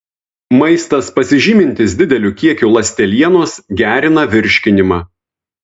maistas pasižymintis dideliu kiekiu ląstelienos gerina virškinimą